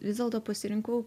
vis dėlto pasirinkau